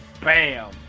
bam